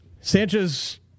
Sanchez